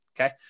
Okay